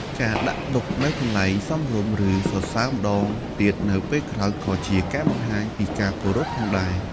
ការដាក់ទុកនៅកន្លែងសមរម្យ ឬសរសើរម្តងទៀតនៅពេលក្រោយ ក៏ជាការបង្ហាញពីការគោរពផងដែរ។